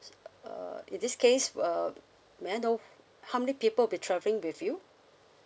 err in this case uh may I know how many people will be travelling with you